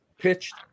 pitched